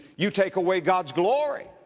you take away god's glory.